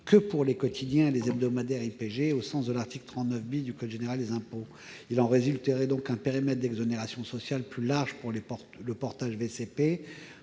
que pour les quotidiens et les hebdomadaires IPG au sens de l'article 39 du code général des impôts. Il en résulterait donc un périmètre d'exonérations sociales plus large pour le portage VCP